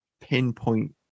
pinpoint